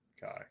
guy